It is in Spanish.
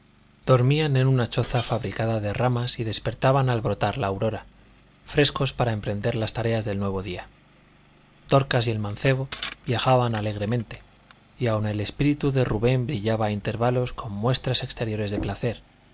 dormían en una choza fabricada de ramas y despertaban al brotar la aurora frescos para emprender las tareas del nuevo día dorcas y el mancebo viajaban alegremente y aun el espíritu de rubén brillaba a intervalos con muestras exteriores de placer